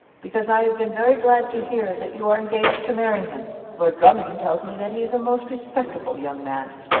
because i have been very glad to hear that you are engaged to marry him. lord drummond tells me that he is a most respectable young man.